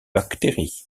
bactéries